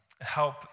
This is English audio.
help